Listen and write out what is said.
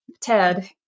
Ted